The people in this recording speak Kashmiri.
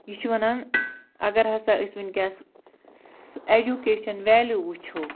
یہِ چھُ وَنان اگر ہسا أسۍ وُنکٮ۪س ایجوٗکیشَن ویلِیو وُچھَو